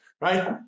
Right